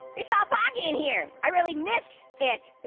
it's all foggy in here. i really misted it.